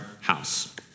house